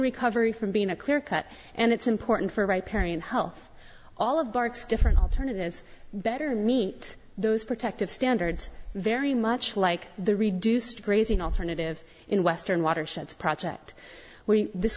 recovery from being a clear cut and it's important for right parian health all of barks different alternatives better meet those protective standards very much like the reduced grazing alternative in western watersheds project where this